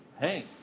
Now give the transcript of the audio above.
hey